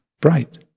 bright